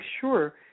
sure